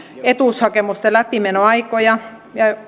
etuushakemusten läpimenoaikoja